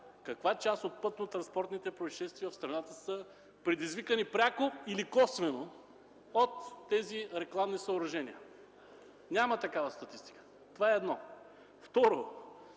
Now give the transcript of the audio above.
каква част от пътнотранспортните произшествия в страната са предизвикани пряко или косвено от тези рекламни съоръжения. Няма такава статистика. Това – първо. Второ,